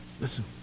Listen